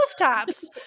rooftops